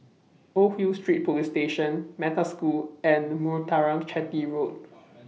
Old Hill Street Police Station Metta School and Muthuraman Chetty Road